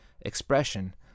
expression